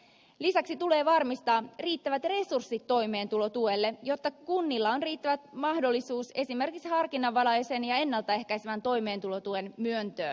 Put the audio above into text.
lisäksi tulee varmistaa riittävät resurssit toimeentulotuelle jotta kunnilla on riittävä mahdollisuus esimerkiksi harkinnanvaraisen ja ennalta ehkäisevän toimeentulotuen myöntöön